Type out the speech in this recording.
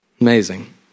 Amazing